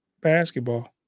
basketball